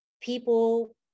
People